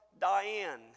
Diane